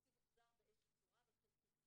התקציב הוחזר באיזושהי צורה, אבל חלקית.